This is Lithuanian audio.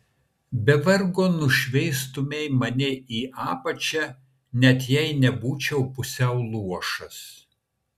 be vargo nušveistumei mane į apačią net jei nebūčiau pusiau luošas